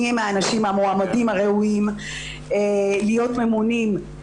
מי הם האנשים המועמדים הראויים להיות ממונים?